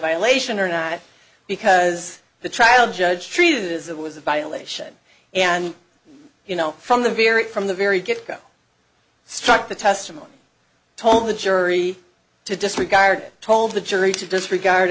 violation or not because the trial judge treated it as it was a violation and you know from the very from the very get go struck the testimony told the jury to disregard it told the jury to disregard